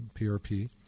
PRP